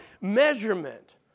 measurement